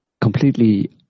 completely